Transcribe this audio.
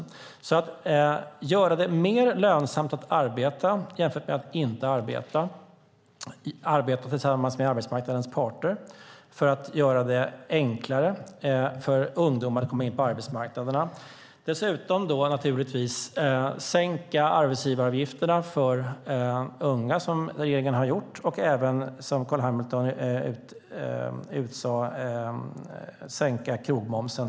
Det handlar alltså om att göra det mer lönsamt att arbeta jämfört med att inte arbeta och att arbeta tillsammans med arbetsmarknadens parter för att göra det enklare för ungdomar att komma in på arbetsmarknaderna. Dessutom handlar det naturligtvis om att sänka arbetsgivaravgifterna för unga, vilket regeringen har gjort, och även, som Carl B Hamilton sade, sänka krogmomsen.